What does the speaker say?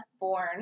Born